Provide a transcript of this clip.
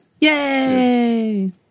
Yay